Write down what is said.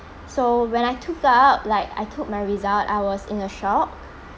so when I took up like I took my result I was in a shock